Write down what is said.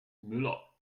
müller